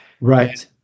Right